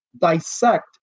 dissect